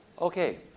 Okay